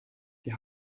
die